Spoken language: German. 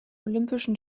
olympischen